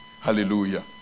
Hallelujah